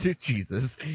Jesus